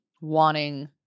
wanting